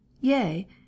yea